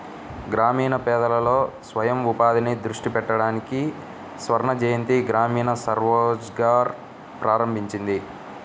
గ్రామీణ పేదలలో స్వయం ఉపాధిని దృష్టి పెట్టడానికి స్వర్ణజయంతి గ్రామీణ స్వరోజ్గార్ ప్రారంభించింది